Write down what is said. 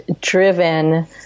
driven